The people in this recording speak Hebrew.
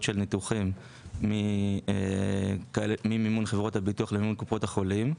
של ניתוחים ממימון חברות הביטוח למימון קופות החולים.